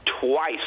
twice